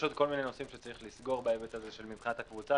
יש עוד כמה נושאים שצריך "לסגור" בהיבט הזה מבחינת הקבוצה,